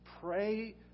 pray